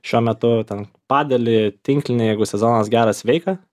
šiuo metu ten padelį tinklinį jeigu sezonas geras veiką